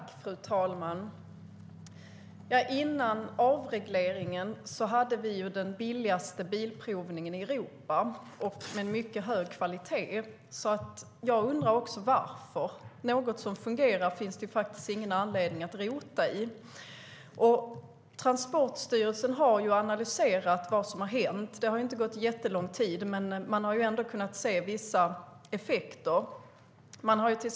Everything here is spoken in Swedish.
Fru talman! Före avregleringen hade vi den billigaste bilprovningen i Europa, med mycket hög kvalitet. Jag undrar också varför. Det finns väl ingen anledning att rota i något som fungerar. Transportstyrelsen har ju analyserat vad som har hänt. Det har inte gått jättelång tid, men man har ändå kunnat se vissa effekter.